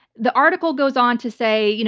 the article goes on to say. you know